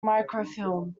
microfilm